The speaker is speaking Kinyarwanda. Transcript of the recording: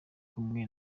kumwe